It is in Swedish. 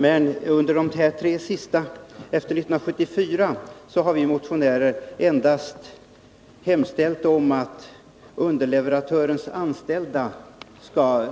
Men efter 1974 har vi motionärer hemställt om att endast underleverantörens anställda skall